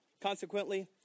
Consequently